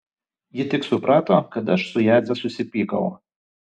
ji tik suprato kad aš su jadze susipykau